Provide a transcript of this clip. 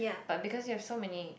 but because there were so many